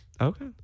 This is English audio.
Okay